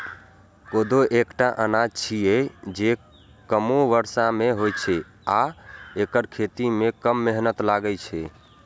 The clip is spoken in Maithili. कोदो एकटा अनाज छियै, जे कमो बर्षा मे होइ छै आ एकर खेती मे कम मेहनत लागै छै